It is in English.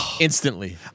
instantly